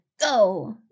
Go